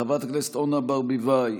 חברת הכנסת אורנה ברביבאי,